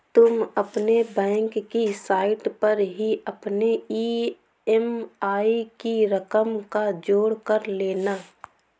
तुम अपने बैंक की साइट पर ही अपने ई.एम.आई की रकम का जोड़ कर लेना